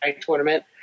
tournament